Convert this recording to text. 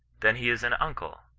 then he is an uncle,